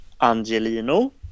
Angelino